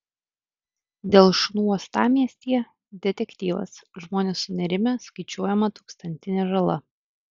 dėl šunų uostamiestyje detektyvas žmonės sunerimę skaičiuojama tūkstantinė žala